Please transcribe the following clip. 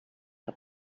que